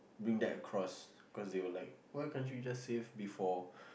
bring that across cause they were like why can't you just save before